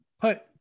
Put